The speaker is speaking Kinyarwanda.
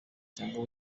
cyangwa